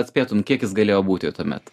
atspėtum kiek jis galėjo būti tuomet